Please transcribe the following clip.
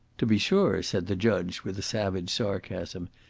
to be sure, said the judge, with a savage sarcasm.